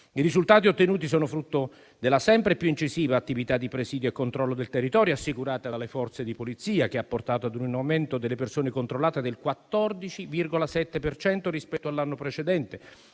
I risultati ottenuti sono frutto della sempre più incisiva attività di presidio e controllo del territorio assicurata dalle Forze di polizia, che ha portato a un aumento delle persone controllate del 14,7 per cento rispetto all'anno precedente.